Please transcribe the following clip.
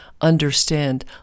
understand